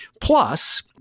Plus